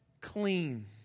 clean